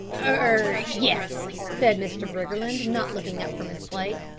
er yes, said mr. briggerland, not looking up from his plate,